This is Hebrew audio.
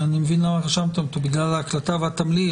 אני מבין שרשמתם אותו בגלל ההקלטה והתמליל,